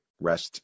rest